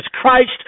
Christ